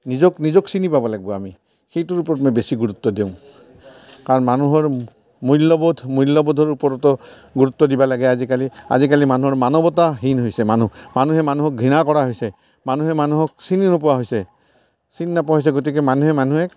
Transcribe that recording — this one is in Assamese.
নিজক নিজক চিনি পাব লাগিব আমি সেইটোৰ ওপৰত মই বেছি গুৰুত্ব দিওঁ কাৰণ মানুহৰ মূল্যবোধ মূল্যবোধৰ ওপৰতো গুৰুত্ব দিব লাগে আজিকালি আজিকালি মানুহৰ মানৱতাহীন হৈছে মানুহ মানুহে মানুহক ঘৃণা কৰা হৈছে মানুহে মানুহক চিনি নোপোৱা হৈছে চিনি নোপোৱা হৈছে গতিকে মানুহে মানুহে